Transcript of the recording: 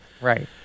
Right